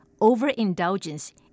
overindulgence